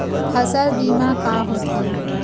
फसल बीमा का होथे?